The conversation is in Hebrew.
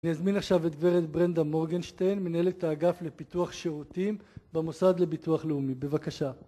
אני אזמין עכשיו את גברת ברנדה מורגנשטיין, מנהלת האגף לפיתוח שירותים במוסד לביטוח לאומי. בבקשה.